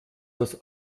das